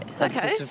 okay